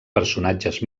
personatges